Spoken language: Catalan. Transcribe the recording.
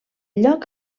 lloc